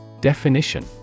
Definition